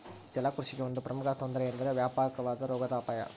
ಜಲಕೃಷಿಗೆ ಒಂದು ಪ್ರಮುಖ ತೊಂದರೆ ಎಂದರೆ ವ್ಯಾಪಕವಾದ ರೋಗದ ಅಪಾಯ